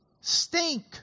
Stink